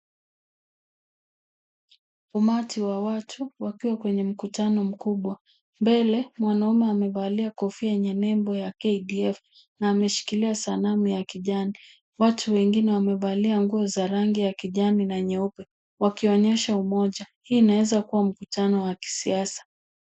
Umati wa watu wakiwa kwenye mkutano mkubwa mbele mwanaume amevalia kofia yenye nebo ya KDF na ameshikilia sanamu ya kijani, watu wengine wamevalia nguo za rangi ya kijani na nyeupe wakionyesha umoja hii inaweza kuwa mkutano wa kisiasa.